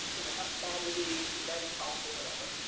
you know, magazine, men's health or whatever,